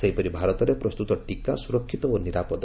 ସେହିପରି ଭାରତରେ ପ୍ରସ୍କୁତ ଟିକା ସୁରକ୍ଷିତ ଓ ନିରାପଦ